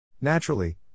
Naturally